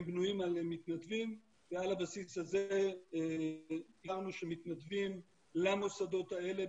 הם בנויים על מתנדבים ועל הבסיס הזה אישרנו שמתנדבים למוסדות האלה,